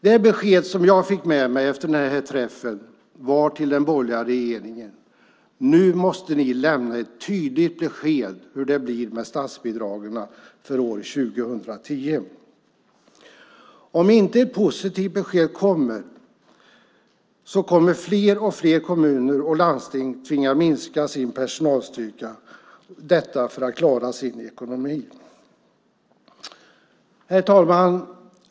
Det besked jag fick med mig efter den här träffen var att den borgerliga regeringen måste lämna ett tydligt besked om hur det blir med statsbidragen för år 2010. Om det inte kommer ett positivt besked kommer fler och fler kommuner och landsting att tvingas minska sin personalstyrka för att klara ekonomin. Herr talman!